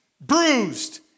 bruised